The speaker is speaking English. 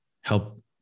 help